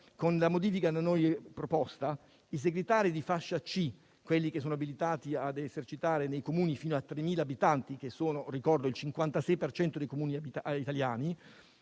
con la modifica da noi proposta i segretari di fascia C, quelli che sono abilitati ad esercitare nei Comuni fino a 3.000 abitanti, che sono - ricordo - il 56 per cento dei Comuni italiani,